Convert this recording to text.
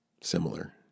similar